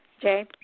Jay